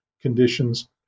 conditions